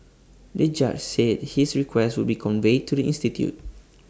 the judge said his request would be conveyed to the institute